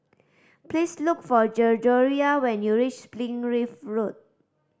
please look for Gregoria when you reach Springleaf Road